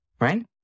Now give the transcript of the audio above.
right